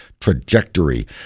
trajectory